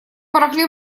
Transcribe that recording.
барахле